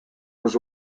was